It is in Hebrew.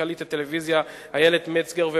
סמנכ"לית הטלוויזיה איילת מצגר.